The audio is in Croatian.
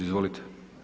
Izvolite.